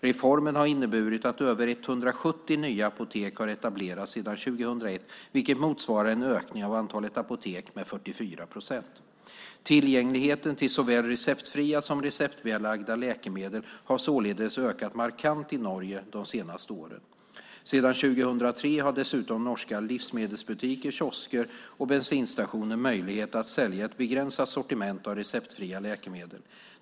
Reformen har inneburit att över 170 nya apotek har etablerats sedan 2001, vilket motsvarar en ökning av antalet apotek med 44 procent. Tillgängligheten till såväl receptfria som receptbelagda läkemedel har således ökat markant i Norge de senaste åren. Sedan 2003 har dessutom norska livsmedelsbutiker, kiosker och bensinstationer möjlighet att sälja ett begränsat sortiment av receptfria läkemedel.